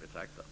betraktad.